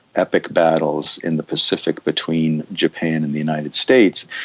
epic battles in the pacific between japan and the united states.